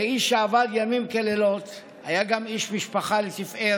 כאיש שעבד לילות כימים הוא היה גם איש משפחה לתפארת,